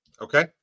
Okay